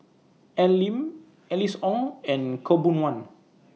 Al Lim Alice Ong and Khaw Boon Wan